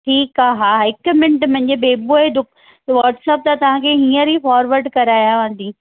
ठीकु आहे हा हिकु मिंट मुंहिंजे बेबो जी व्हाटसप त तव्हांखे हीअंर ई फोरवर्ड करायांव थी